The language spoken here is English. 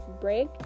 break